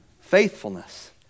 faithfulness